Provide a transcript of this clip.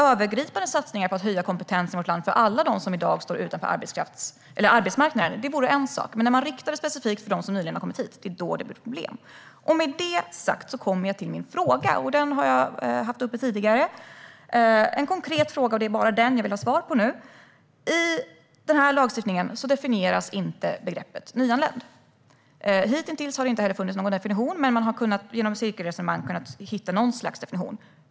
Övergripande satsningar för att höja kompetensen i vårt land för alla som står utanför arbetsmarknaden vore en sak, men när man riktar det specifikt till dem som nyligen har kommit hit blir det problem. Med detta sagt kommer jag nu till min fråga, som jag också har ställt tidigare. Det är en konkret fråga, och det är bara den jag nu vill ha svar på. I denna lagstiftning definieras inte begreppet nyanländ. Hittills har det heller inte funnits någon definition, men man har genom cirkelresonemang kunnat hitta något slags definition.